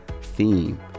theme